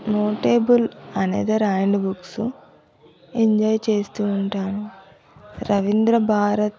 notable అనేదే రాయని books enjoy చేస్తూ ఉంటాము రవీంద్రభారత్